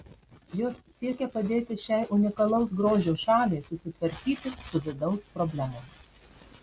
jos siekia padėti šiai unikalaus grožio šaliai susitvarkyti su vidaus problemomis